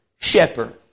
shepherd